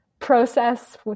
process